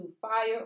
fire